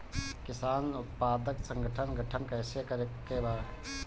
किसान उत्पादक संगठन गठन कैसे करके बा?